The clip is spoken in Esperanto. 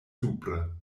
supre